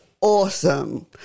awesome